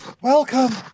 Welcome